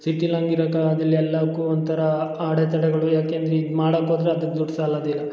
ಸಿಟಿಲಿ ಹಂಗಿರಕ್ಕೆ ಆಗದಿಲ್ಲ ಎಲ್ಲಾಕು ಒಂಥರ ಅಡೆ ತಡೆಗಳು ಯಾಕೆಂದರೆ ಇದು ಮಾಡಕ್ಕೋದರೆ ಅದಕ್ಕೆ ದುಡ್ಡು ಸಾಲೋದಿಲ್ಲ